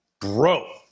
bro